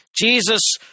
Jesus